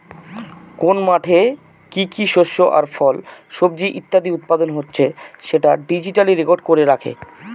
কোন মাঠে কি কি শস্য আর ফল, সবজি ইত্যাদি উৎপাদন হচ্ছে সেটা ডিজিটালি রেকর্ড করে রাখে